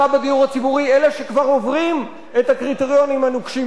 אלה שכבר עוברים את הקריטריונים הנוקשים שאתם יצרתם.